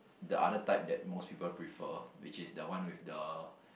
the other type that most people prefer which is the one with the